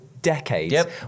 Decades